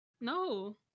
no